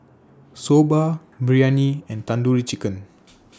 Soba Biryani and Tandoori Chicken